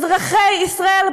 אזרחי ישראל,